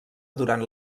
durant